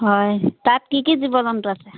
হয় তাত কি কি জীৱ জন্তু আছে